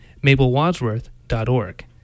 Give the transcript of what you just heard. MabelWadsworth.org